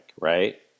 right